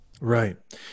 Right